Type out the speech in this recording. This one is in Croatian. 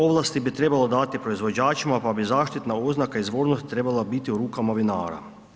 Ovlasti bi trebalo dati proizvođačima, pa bi zaštitna oznaka izvornosti trebala biti u rukama vinara.